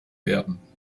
werden